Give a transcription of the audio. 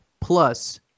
plus